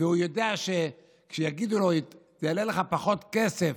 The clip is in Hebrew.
והוא יודע שכשיגידו: זה יעלה לך פחות כסף,